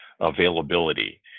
availability